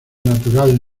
natural